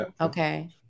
Okay